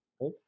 right